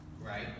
right